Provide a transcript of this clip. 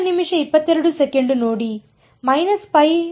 −π or π ವಿದ್ಯಾರ್ಥಿ−π